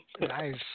nice